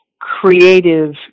creative